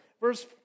Verse